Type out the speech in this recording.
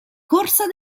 corsa